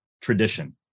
tradition